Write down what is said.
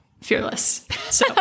fearless